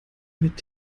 mit